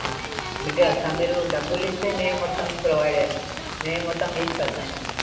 మెటీరియల్సా మీరు డబ్బులు ఇస్తే మేం మొత్తం ప్రొవైడ్ చేస్తాం మేం మొత్తం తీసుకొస్తాం మ్యామ్